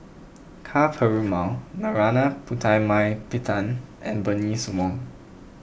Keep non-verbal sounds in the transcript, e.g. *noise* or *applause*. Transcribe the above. Ka Perumal Narana Putumaippittan and Bernice Wong *noise*